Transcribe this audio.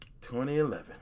2011